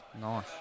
Nice